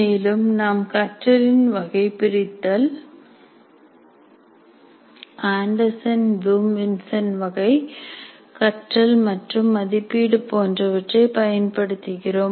மேலும் நாம் கற்றலின் வகைபிரித்தல் ஆண்டர்சன் ப்ளூம் வின்சென்ட் வகை கற்றல் மற்றும் மதிப்பீடு போன்றவற்றை பயன்படுத்துகிறோம்